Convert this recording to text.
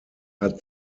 hat